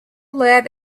led